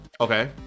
Okay